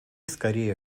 скорее